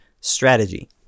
strategy